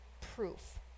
proof